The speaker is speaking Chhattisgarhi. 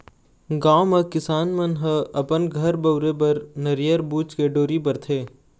गाँव म किसान मन ह अपन घर बउरे बर नरियर बूच के डोरी बरथे